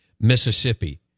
Mississippi